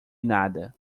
nada